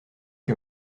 que